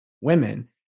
women